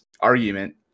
argument